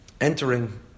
entering